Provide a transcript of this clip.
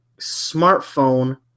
smartphone